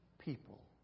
people